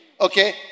Okay